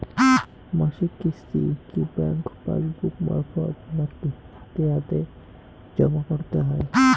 মাসিক কিস্তি কি ব্যাংক পাসবুক মারফত নাকি হাতে হাতেজম করতে হয়?